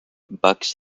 backs